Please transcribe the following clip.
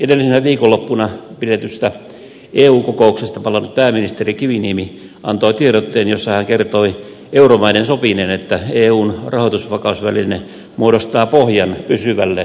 edellisenä viikonloppuna pidetystä eu kokouksesta palannut pääministeri kiviniemi antoi tiedotteen jossa hän kertoi euromaiden sopineen että eun rahoitusvakausväline muodostaa pohjan pysyvälle järjestelmälle vakausmekanismille